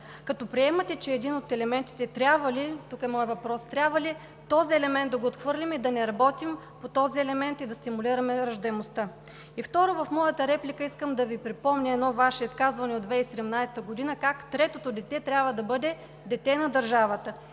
като приемате, че един от елементите трябва ли, тук е моят въпрос, да го отхвърлим, да не работим по този елемент и да стимулираме раждаемостта? Второ, в моята реплика искам да Ви припомня едно Ваше изказване от 2017 г. – как третото дете трябва да бъде дете на държавата